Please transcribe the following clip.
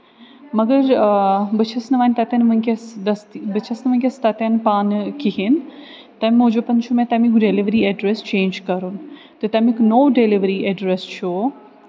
مَگر بہٕ چھَس نہٕ وۄنۍ تَتٮ۪ن وٕنۍکٮ۪س دٔستی بہٕ چھَس نہٕ وٕنۍکٮ۪س تَتٮ۪ن پانہٕ کِہیٖنۍ تَمہِ موٗجوٗب چھُ مےٚ تَمیُک ڈٮ۪لؤری اٮ۪ڈرَس چینٛج کَرُن تہٕ تَمیُک نوٚو دٮ۪لؤری اٮ۪ڈرس چھُ